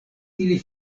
ili